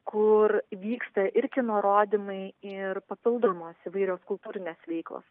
kur vyksta ir kino rodymai ir papildomos įvairios kultūrinės veiklos